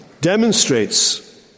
Demonstrates